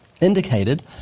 indicated